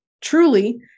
Truly